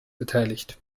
beteiligt